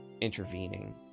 intervening